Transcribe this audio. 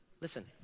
Listen